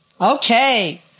Okay